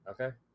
okay